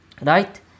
right